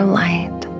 light